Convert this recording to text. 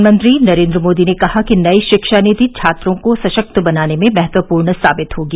प्रधानमंत्री नरेन्द्र मोदी ने कहा कि नई शिक्षा नीति छात्रों को सशक्त बनाने में महत्वपूर्ण साबित होगी